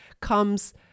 comes